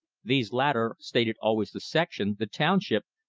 these latter stated always the section, the township,